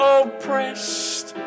oppressed